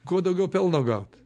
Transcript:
kuo daugiau pelno gaut